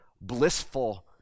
blissful